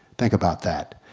think about that.